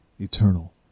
eternal